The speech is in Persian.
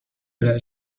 ارائه